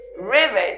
rivers